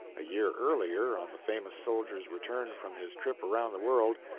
a year earlier, on the famous soldier's return from his trip around the world,